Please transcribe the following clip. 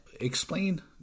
Explain